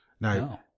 Now